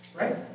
Right